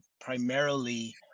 primarily